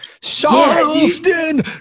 Charleston